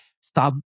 stop